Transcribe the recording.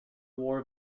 war